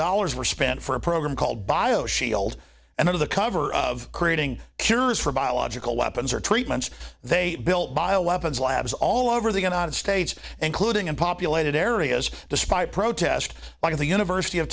dollars were spent for a program called bioshield and of the cover of creating cures for biological weapons or treatments they built by a weapons labs all over the united states including in populated areas despite protests by the university of